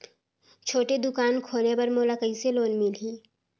छोटे दुकान खोले बर मोला कइसे लोन मिलही?